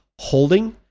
holding